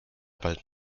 bald